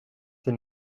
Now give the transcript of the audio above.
ses